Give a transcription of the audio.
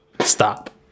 stop